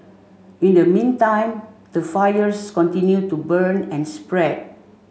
in the meantime the fires continue to burn and spread